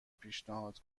پیشنهاد